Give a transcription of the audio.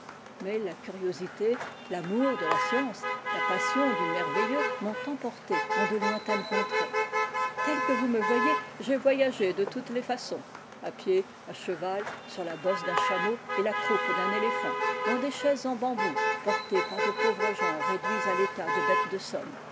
mais la curiosité l'amour de la science la passion du merveilleux m'ont emporté en de lointaines contrées tel que vous me voyez j'ai voyagé de toutes les façons à pied à cheval sur la bosse d'un chameau et la croupe d'un éléphant dans des chaises en bambou portées pai de pauvres gens réduits à l'état de bêtes de somme